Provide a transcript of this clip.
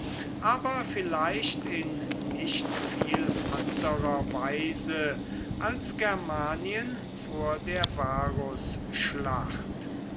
aber vielleicht in nicht viel anderer weise als germanien vor der varusschlacht